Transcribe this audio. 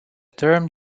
term